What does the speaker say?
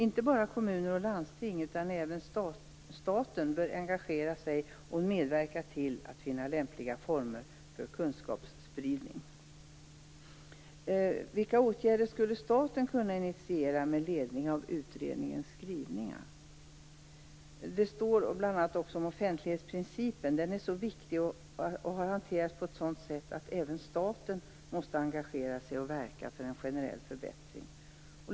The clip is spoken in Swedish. Inte bara kommuner och landsting, utan även staten, bör engagera sig och medverka till att finna lämpliga former för kunskapsspridning. Vilka åtgärder skulle staten kunna initiera med ledning av skrivningarna i utredningen? Offentlighetsprincipen tas också med. Den är så viktig och har hanterats på ett sådant sätt att även staten måste engagera sig och verka för en generell förbättring.